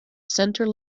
center